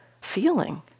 feeling